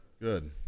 Good